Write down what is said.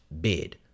bid